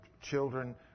children